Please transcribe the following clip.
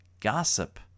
gossip